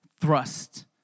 thrust